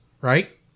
Right